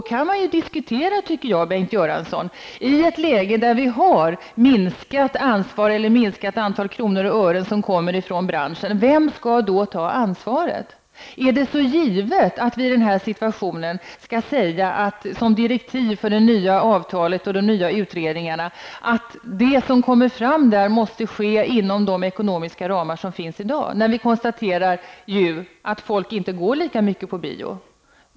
Man kan ju diskutera, Bengt Göransson, i ett läge där vi har ett minskat antal kronor och ören som kommer från branschen vem som skall ha ansvaret. Är det så givet att vi i den här situationen skall säga, som direktiv inför det nya avtalet och till de nya utredningarna, att allt måste ske inom de ekonomiska ramar som finns i dag, när vi ju kan konstatera att folk inte går lika mycket på bio som förr?